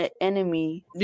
enemy